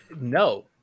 No